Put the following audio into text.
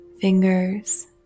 Fingers